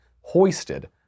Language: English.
hoisted